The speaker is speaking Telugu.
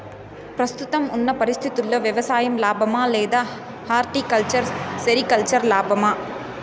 ప్రస్తుతం ఉన్న పరిస్థితుల్లో వ్యవసాయం లాభమా? లేదా హార్టికల్చర్, సెరికల్చర్ లాభమా?